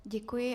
Děkuji.